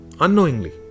Unknowingly